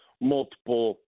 multiple